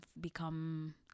become